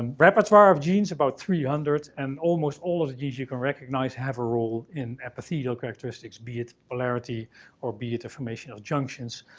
um repertoire of genes about three hundred and almost all of the genes you can recognize have a role in epithelial characteristics, be it polarity or be it the formation of junctions,